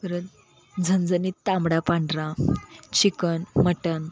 परत झणझणीत तांबडा पांढरा चिकन मटण